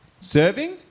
Serving